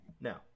Now